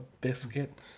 biscuit